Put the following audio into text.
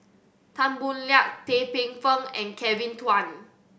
Tan Boo Liat Tan Paey Fern and Kevin Kwan